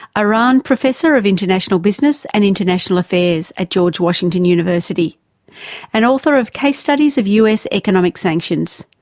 iran professor of international business and international affairs at george washington university and author of case studies of us economic sanctions.